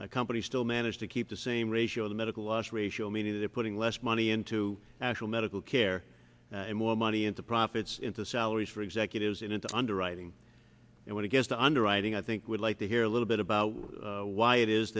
companies still manage to keep the same ratio the medical loss ratio meaning they're putting less money into actual medical care and more money into profits into salaries for executives and into underwriting and when it gets to underwriting i think we'd like to hear a little bit about why it is